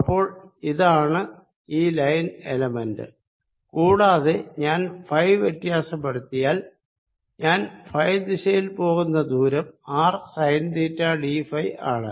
അപ്പോൾ അതാണ് ഈ ലൈൻ എലമെന്റ് കൂടാതെ ഞാൻ ഫൈ വ്യത്യാസപ്പെടുത്തിയാൽ ഞാൻ ഫൈ ദിശയിൽ പോകുന്ന ദൂരം R sine theta d phi ആണ്